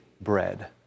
bread